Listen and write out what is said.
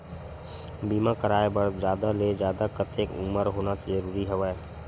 बीमा कराय बर जादा ले जादा कतेक उमर होना जरूरी हवय?